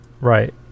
right